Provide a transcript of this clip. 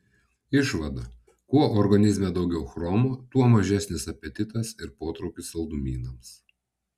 išvada kuo organizme daugiau chromo tuo mažesnis apetitas ir potraukis saldumynams